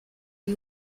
les